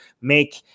make